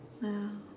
ya